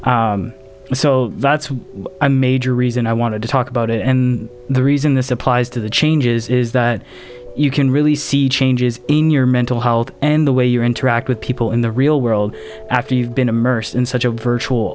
so that's a major reason i wanted to talk about it and the reason this applies to the changes is that you can really see changes in your mental health and the way you interact with people in the real world after you've been immersed in such a virtual